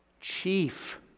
chief